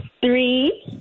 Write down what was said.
Three